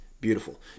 beautiful